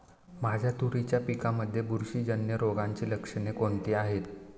माझ्या तुरीच्या पिकामध्ये बुरशीजन्य रोगाची लक्षणे कोणती आहेत?